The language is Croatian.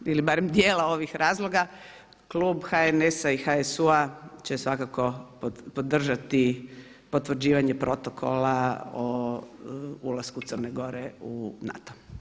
Iz ovih ili barem dijela ovih razloga klub HNS-a i HSU-a će svakako podržati Potvrđivanje protokola o ulasku Crne Gore u NATO.